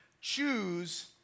choose